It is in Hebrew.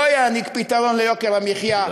לא יעניק פתרון ליוקר המחיה,